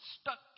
stuck